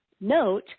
note